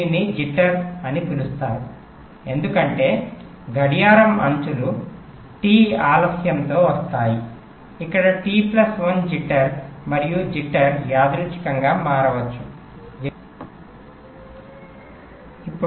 దీనిని జిట్టర్ అని పిలుస్తారు ఎందుకంటే గడియారం అంచులు T ఆలస్యం తో వస్తాయి ఇక్కడ టి ప్లస్ జిట్టర్ మరియు జిట్టర్ యాదృచ్ఛికంగా మారవచ్చు జిట్టర్ అంటే ఇదే